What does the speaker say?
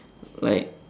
like